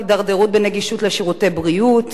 הידרדרות בנגישות של שירותי בריאות,